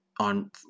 on